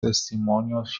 testimonios